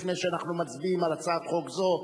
לפני שאנחנו מצביעים על הצעת חוק זו,